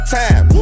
time